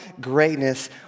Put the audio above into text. greatness